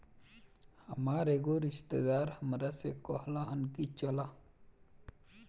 हामार एगो रिस्तेदार हामरा से कहलन की चलऽ